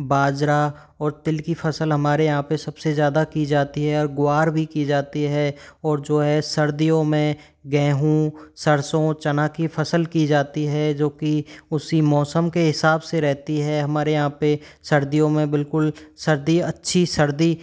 बाजरा और तिल की फसल हमारे यहाँ पे सबसे ज़्यादा की जाती है और गुआर भी की जाती है और जो है सर्दियों में गेहूं सरसों चना की फसल की जाती है जो कि उसी मौसम के हिसाब से रहती है हमारे यहाँ पे सर्दियों मे बिलकुल सर्दी अच्छी सर्दी